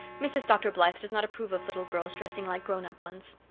mrs. dr. blythe does not approve of little girls dressing like grown-up ones,